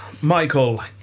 Michael